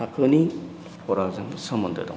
थाखोनि फराजों सोमोन्दो दं